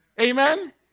Amen